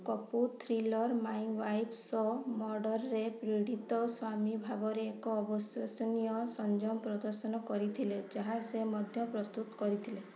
Kapoor thriller my wife's murder ରେ ପୀଡ଼ିତ ସ୍ୱାମୀ ଭାବରେ ଏକ ଅବିଶ୍ୱସନୀୟ ସଂଯମ ପ୍ରଦର୍ଶନ କରିଥିଲେ ଯାହା ସେ ମଧ୍ୟ ପ୍ରସ୍ତୁତ କରିଥିଲେ